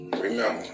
remember